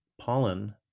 pollen